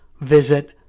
visit